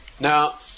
Now